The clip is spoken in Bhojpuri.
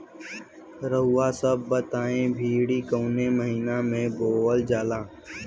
रउआ सभ बताई भिंडी कवने महीना में बोवल जाला?